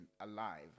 alive